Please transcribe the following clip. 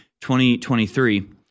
2023